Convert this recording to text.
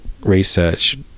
research